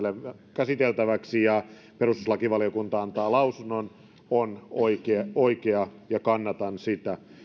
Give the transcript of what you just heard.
käsiteltäväksi ja perustuslakivaliokunta antaa lausunnon on oikea oikea ja kannatan sitä